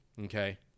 Okay